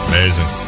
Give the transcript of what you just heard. Amazing